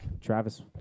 Travis